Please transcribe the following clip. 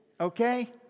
okay